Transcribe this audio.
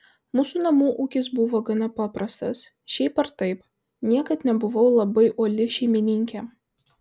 mūsų namų ūkis buvo gana paprastas šiaip ar taip niekad nebuvau labai uoli šeimininkė